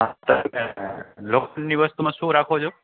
લોખંડની વસ્તુમાં શું રાખો છો